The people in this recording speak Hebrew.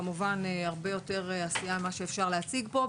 זה כמובן הרבה יותר עשייה ממה שאפשר להציג פה,